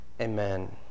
amen